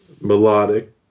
melodic